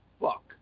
fuck